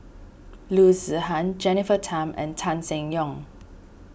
Loo Zihan Jennifer Tham and Tan Seng Yong